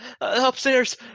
Upstairs